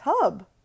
tub